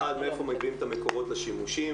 אחד מאיפה מביאים המקורות לשימושים,